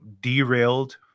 derailed